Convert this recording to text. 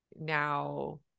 now